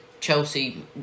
Chelsea